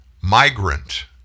Migrant